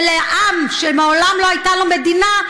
ועם שמעולם לא הייתה לו מדינה,